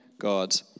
God